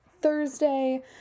Thursday